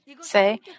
say